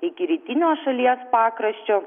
iki rytinio šalies pakraščio